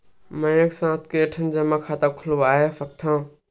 मैं एक साथ के ठन जमा खाता खुलवाय सकथव?